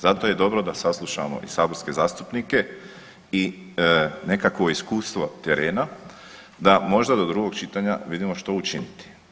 Zato je dobro da saslušamo i saborske zastupnike i nekakvo iskustvo terena da možda do drugog čitanja vidimo što učiniti.